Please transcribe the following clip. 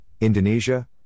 Indonesia